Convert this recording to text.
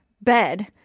bed